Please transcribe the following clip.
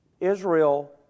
Israel